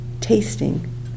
tasting